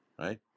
right